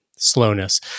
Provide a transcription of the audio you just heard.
slowness